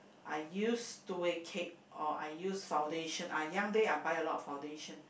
I use two way cake or I use foundation ah young day I buy a lot of foundation